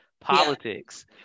Politics